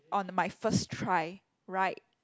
on my first try right